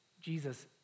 Jesus